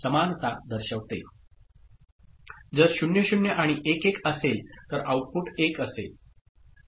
जर 0 0 आणि 1 1 असेल तर आउटपुट 1 असेल